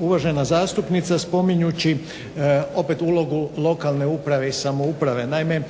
uvažena zastupnica spominjući opet ulogu lokalne uprave i samouprave. Naime